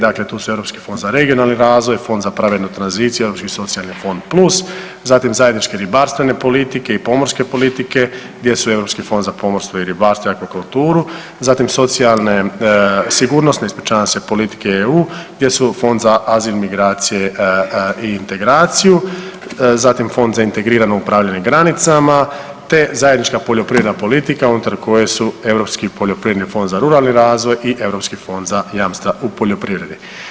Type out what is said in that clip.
Dakle, to su Europski fond za regionalni razvoj, Fond za pravednu tranziciju, Europski socijalni fond plus, zatim zajednički ribarstvene politike i pomorske politike gdje su Europski fond za pomorstvo i ribarstvo i akvakulturu, zatim socijalne, sigurnosne ispričavam se politike EU gdje su Fond za azil, migracije i integraciju, zatim Fond za integrirano upravljanje granicama te zajednička poljoprivredna politika unutar koje su Europski poljoprivredni fond za ruralni razvoj i Europski fond za jamstva u poljoprivredi.